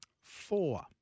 four